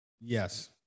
Yes